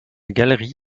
gallery